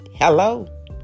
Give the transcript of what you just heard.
Hello